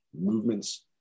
movements